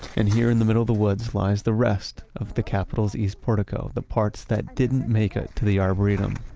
and here in the middle of the woods lies the rest of the capitol's east portico, the parts that didn't make it to the arboretum